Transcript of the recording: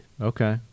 Okay